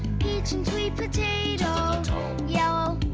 peach, and sweet potatoes yellow,